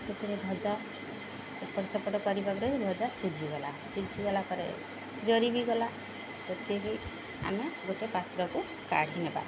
ସେଥିରେ ଭଜ ସେପଟ ସେପଟ କରିବା ଗଡ଼ ଭଜା ସିଝିଗଲା ସିଝିଗଲା ପରେ ଜରି ବିି ଗଲା ସେଥିରେି ଆମେ ଗୋଟେ ପାତ୍ରକୁ କାଢ଼ି ନେବା